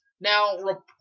Now